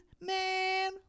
Man